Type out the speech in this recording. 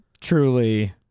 truly